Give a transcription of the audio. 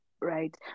right